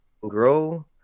grow